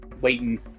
waiting